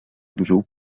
dużą